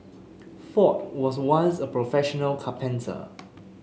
Ford was once a professional carpenter